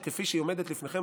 וכפי שהיא עומדת לפניכם,